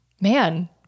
Man